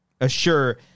assure